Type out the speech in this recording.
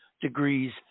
degrees